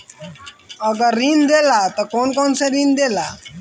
अगर ऋण देला त कौन कौन से ऋण देला?